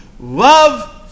Love